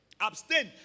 Abstain